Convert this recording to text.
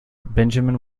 benjamin